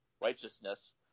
Righteousness